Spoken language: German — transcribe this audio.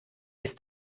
ist